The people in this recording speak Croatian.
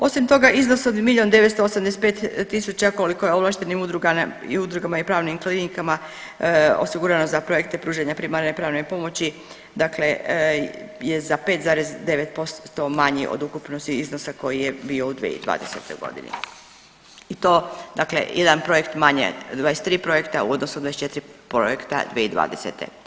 Osim toga iznos od milion 985 tisuća koliko je ovlaštenim udrugama i pravnim klinikama osigurano za projekte pružanja primarne pravne pomoći, dakle je za 5,9% manji od ukupnosti iznosa koji je bio u 2020.g. i to dakle jedan projekt manje 23 projekta u odnosu na 24 projekta 2020.